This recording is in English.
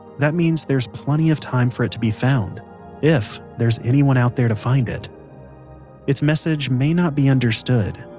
that means there is plenty of time for it to be found if there is anyone out there to find it it's message may not be understood,